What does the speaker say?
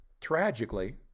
Tragically